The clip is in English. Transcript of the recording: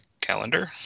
calendar